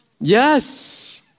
yes